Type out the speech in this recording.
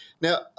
Now